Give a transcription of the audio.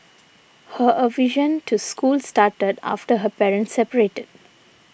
her aversion to school started after her parents separated